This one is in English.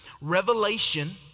revelation